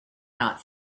not